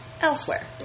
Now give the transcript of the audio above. elsewhere